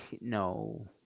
No